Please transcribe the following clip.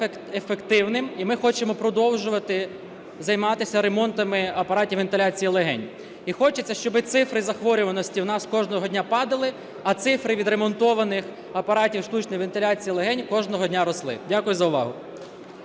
і ми хочемо продовжувати займатися ремонтами апаратів вентиляції легень. І хочеться, щоб цифри захворюваності в нас кожного дня падали, а цифри відремонтованих апаратів штучної вентиляції легень кожного дня росли. Дякую за увагу.